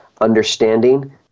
understanding